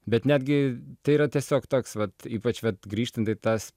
bet netgi tai yra tiesiog toks vat ypač vat grįžtant į tas